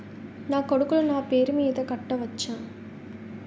నా కొడుకులు నా పేరి మీద కట్ట వచ్చా?